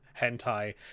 hentai